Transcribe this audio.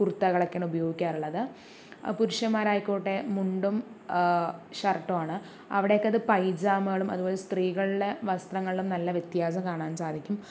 കുർത്തകൾ ഒക്കെയാണ് ഉപയോഗിക്കാറുള്ളത് പുരുഷന്മാർ ആയിക്കോട്ടെ മുണ്ടും ഷർട്ടും ആണ് അവിടേക്ക് അത് പൈജാമകളും അതുപോലെ സ്ത്രീകളുടെ വസ്ത്രങ്ങളിലും നല്ല വ്യത്യാസം കാണാൻ സാധിക്കും